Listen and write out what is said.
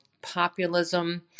populism